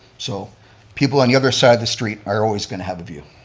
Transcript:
so people on the other side of the street are always going to have a view.